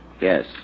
Yes